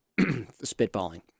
spitballing